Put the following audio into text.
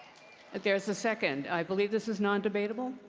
if there is a second, i believe this is non-debatable?